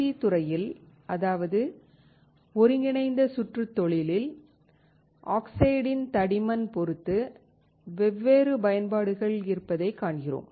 C துறையில் அதாவது ஒருங்கிணைந்த சுற்றுத் தொழிலில் ஆக்சைட்டின் தடிமன் பொறுத்து வெவ்வேறு பயன்பாடுகள் இருப்பதைக் காண்கிறோம்